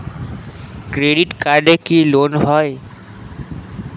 Credit কার্ডে কি loan হয়?